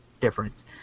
difference